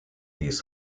dies